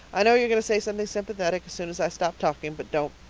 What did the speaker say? i know you're going to say something sympathetic as soon as i stop talking. but don't.